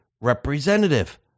representative